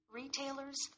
retailers